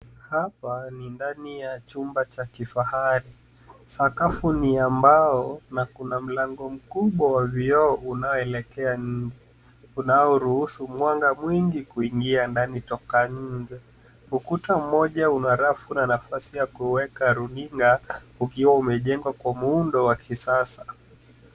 Hapa ni ndani cha chumba cha kifahari. Sakafu ni ya mbao, kuna mlango mkubwa wa vioo unaoelekea nje unaoruhusu mwanga mwingi kuingia ndani kutoka nje. Ukuta mmoja una rafu na nafasi ya kuweka runinga ukiwa umejengwa kwa muundo wa kisasa.